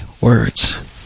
words